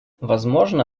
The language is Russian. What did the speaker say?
возможно